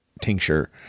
tincture